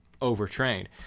overtrained